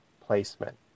placement